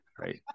right